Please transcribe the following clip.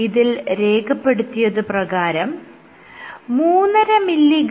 ഇതിൽ രേഖപ്പെടുത്തിയത് പ്രകാരം 3